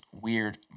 weird